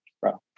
bro